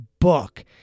book